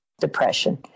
depression